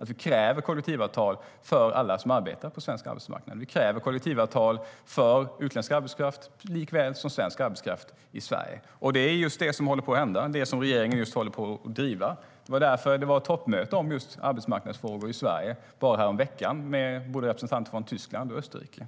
att vi kräver kollektivavtal för alla som arbetar på svensk arbetsmarknad. Vi kräver kollektivavtal för utländsk arbetskraft och för svensk arbetskraft i Sverige. Det är det som håller på att hända och som regeringen håller på att driva. Det var därför det var toppmöte om just arbetsmarknadsfrågor i Sverige häromveckan med representanter från både Tyskland och Österrike.